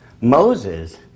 Moses